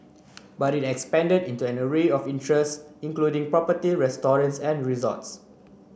but it expanded into an array of interests including property restaurants and resorts